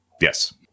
Yes